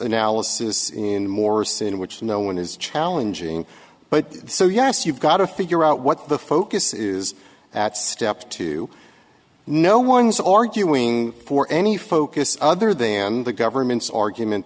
analysis in morse in which no one is challenging but so yes you've got to figure out what the focus is at step two no one's arguing for any focus other than the government's argument